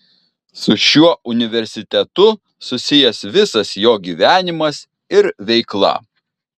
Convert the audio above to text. su šiuo universitetu susijęs visas jo gyvenimas ir veikla